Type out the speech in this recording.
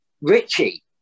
richie